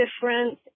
different